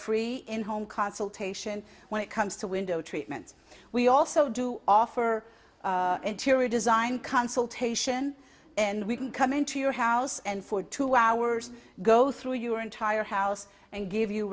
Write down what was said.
free in home consultation when it comes to window treatments we also do offer interior design consultation and we can come into your house and for two hours go through your entire house and give you